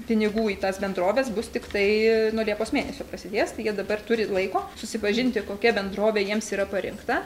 pinigų į tas bendroves bus tiktai nuo liepos mėnesio prasidės tai jie dabar turi laiko susipažinti kokia bendrovė jiems yra parinkta